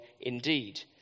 indeed